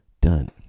done